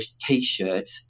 T-shirt